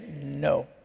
no